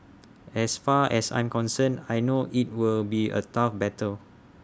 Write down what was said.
as far as I'm concerned I know IT will be A tough battle